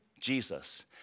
Jesus